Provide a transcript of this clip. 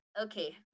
Okay